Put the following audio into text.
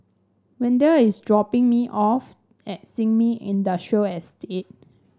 Wendel is dropping me off at Sin Ming Industrial Estate